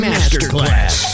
Masterclass